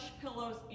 pillows